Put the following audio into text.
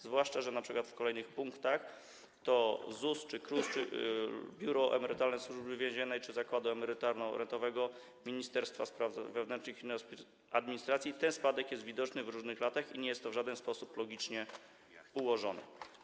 Zwłaszcza, że np. w kolejnych punktach dotyczących ZUS, KRUS, Biura Emerytalnego Służby Więziennej czy Zakładu Emerytalno-Rentowego Ministerstwa Spraw Wewnętrznych i Administracji ten spadek jest widoczny w różnych latach i nie jest to w żaden logiczny sposób ułożone.